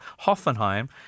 Hoffenheim